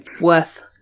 worth